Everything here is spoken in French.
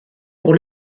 pour